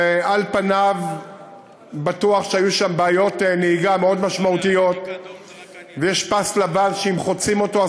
על פניו בטוח שהיו שם בעיות נהיגה קשות מאוד ויש פס לבן שאם חוצים אותו,